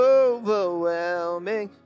overwhelming